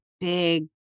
big